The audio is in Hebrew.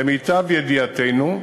למיטב ידיעתנו,